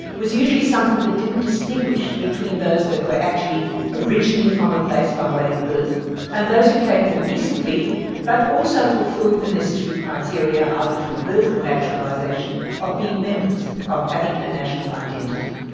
was usually something that didn't distinguish between those that were actually originally from a place by way of birth and those who came more recently but also fulfilled the necessary criteria either through birth or naturalisation of being members, of having a national identity.